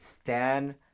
Stan